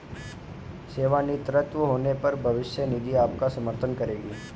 सेवानिवृत्त होने पर भविष्य निधि आपका समर्थन करेगी